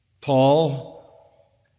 Paul